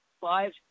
five